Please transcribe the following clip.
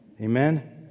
Amen